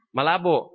Malabo